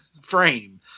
frame